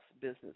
business